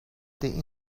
the